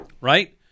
Right